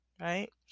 right